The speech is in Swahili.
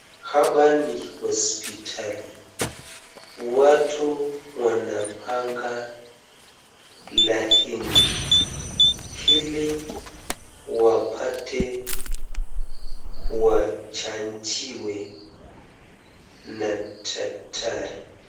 Hapa ni hospitali. Watu wanapanga laini hili wapate wachanjiwe na daktari.